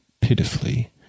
pitifully